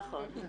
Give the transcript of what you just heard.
נכון.